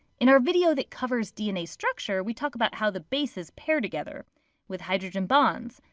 in our video that covers dna structure, we talk about how the bases pair together with hydrogen bonds.